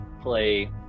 play